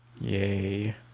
Yay